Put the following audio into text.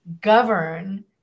govern